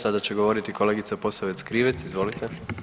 Sada će govoriti kolegica Posavec Krivec, izvolite.